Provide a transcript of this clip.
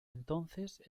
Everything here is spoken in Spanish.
entonces